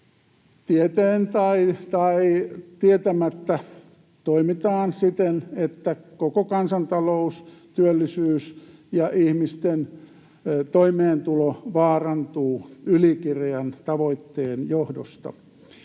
tieten tai tietämättä toimitaan siten, että koko kansantalous, työllisyys ja ihmisten toimeentulo vaarantuvat ylikireän tavoitteen johdosta.